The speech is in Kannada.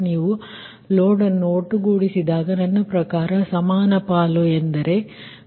ನೀವು ಲೋಡ್ ಅನ್ನು ಒಟ್ಟುಗೂಡಿಸಿದಾಗ ನನ್ನ ಪ್ರಕಾರ ಸಮಾನ ಪಾಲು ಎಂದರೆ 133